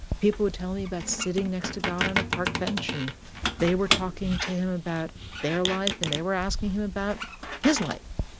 people would tell me about sitting next to god on a park bench, and they were talking to him about their life, and they were asking him about his life.